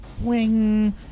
Wing